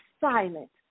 silent